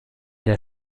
der